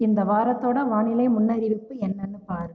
இந்த வாரத்தோட வானிலை முன்னறிவிப்பு என்னன்னு பார்